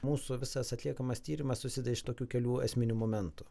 mūsų visas atliekamas tyrimas susideda iš tokių kelių esminių momentų